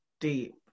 deep